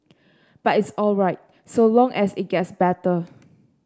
but it's all right so long as it gets better